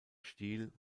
stil